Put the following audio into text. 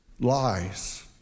lies